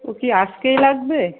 তোর কি আজকেই লাগবে